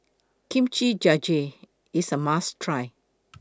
Kimchi Jjigae IS A must Try